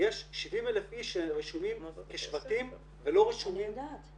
יש 70,000 איש שרשומים כשבטים ולא רשומים --- אני יודעת.